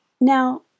Now